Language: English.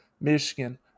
Michigan